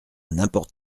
n’importe